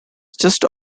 just